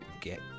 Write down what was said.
get